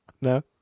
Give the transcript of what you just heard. No